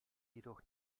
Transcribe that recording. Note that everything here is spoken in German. jedoch